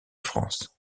france